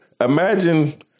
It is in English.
Imagine